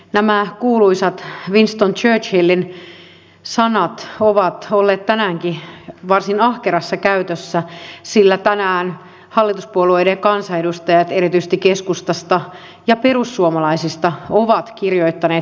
nämä kuuluisat winston churchillin sanat ovat olleet tänäänkin varsin ahkerassa käytössä sillä tänään hallituspuolueiden kansanedustajat erityisesti keskustasta ja perussuomalaisista ovat kirjoittaneet historiaa uudelleen